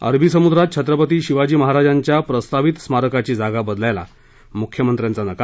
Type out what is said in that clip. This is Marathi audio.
अरबी समुद्रात छत्रपती शिवाजी महाराजांच्या प्रस्तावित स्मारकाची जागा बदलायला मुख्यमंत्र्यांचा नकार